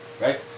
Right